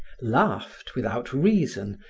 laughed without reason,